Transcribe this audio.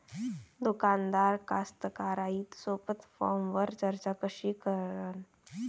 दुकानदार कास्तकाराइसोबत फोनवर चर्चा कशी करन?